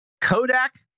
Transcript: Kodak